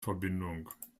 verbindung